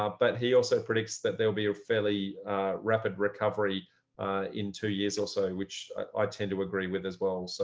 um but he also predicts that there'll be a fairly rapid recovery in two years or so which i tend to agree with as well. so